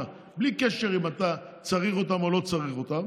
בלי קשר אם אתה צריך אותם או לא צריך אותם,